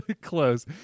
close